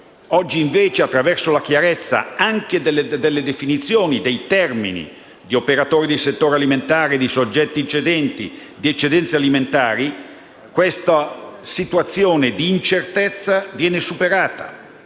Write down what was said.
Oggi invece, attraverso la chiarezza delle definizioni e anche dei termini di «operatori di settore alimentare», «soggetti cedenti» e «eccedenze alimentari», questa situazione di incertezza viene superata.